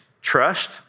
trust